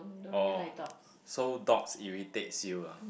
oh so dogs irritates you lah